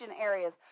areas